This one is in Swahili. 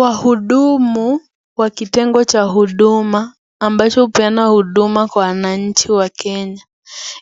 Wahudumu wa kitengo cha huduma ambacho hupeana huduma Kwa wananchi wa kenya